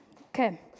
Okay